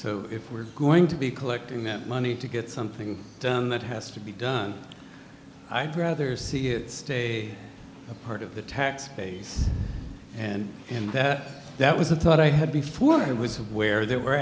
so if we're going to be collecting that money to get something that has to be done i'd rather see is a part of the tie space and and that that was a thought i had before i was aware they were